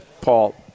Paul